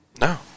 No